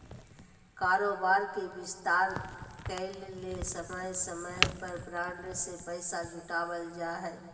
कारोबार के विस्तार करय ले समय समय पर बॉन्ड से पैसा जुटावल जा हइ